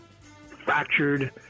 fractured